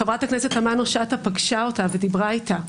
חברת הכנסת תמנו שטה פגשה אותה ודיברה איתה,